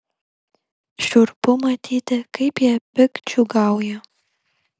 šiurpu matyti kaip jie piktdžiugiauja